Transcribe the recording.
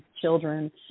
children